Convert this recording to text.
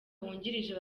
wungirije